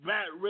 Matt